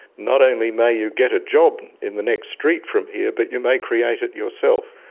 not only may you get a job in the next street from here but you may create it yourself.